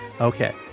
Okay